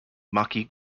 maki